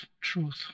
truth